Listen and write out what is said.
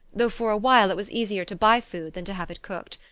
though for a while it was easier to buy food than to have it cooked.